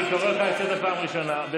חתיכת מנוול שכמוך, תסתום.